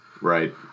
Right